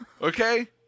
okay